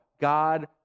God